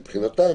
מבחינתם,